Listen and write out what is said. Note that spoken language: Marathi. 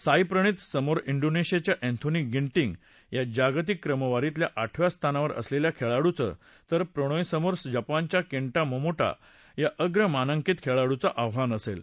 साई प्रणित समोर डीनेशियाच्या अँथोनी गिटिंग या जागतिक क्रमवारीतल्या आठव्या स्थानावर असलेल्या खेळाडूचं तर प्रणोय समोर जपानच्या केंटा मोमोटा या अग्रमानांकित खेळाडूचं आव्हान असेल